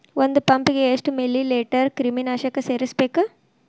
ಒಂದ್ ಪಂಪ್ ಗೆ ಎಷ್ಟ್ ಮಿಲಿ ಲೇಟರ್ ಕ್ರಿಮಿ ನಾಶಕ ಸೇರಸ್ಬೇಕ್?